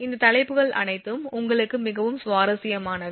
இந்த தலைப்புகள் அனைத்தும் உங்களுக்கு மிகவும் சுவாரஸ்யமானவை